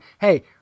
hey